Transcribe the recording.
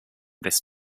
this